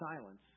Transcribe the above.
silence